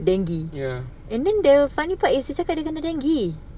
dengue and then the funny part is dia cakap dia kena dengue